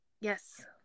Yes